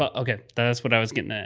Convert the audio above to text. ah ok, that's what i was getting. ah